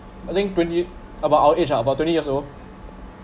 I think twenty about our age ah about twenty years old